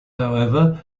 however